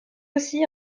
aussi